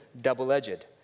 double-edged